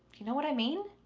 you know what i mean?